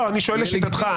אני שואל לשיטתך,